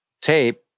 tape